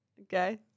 Okay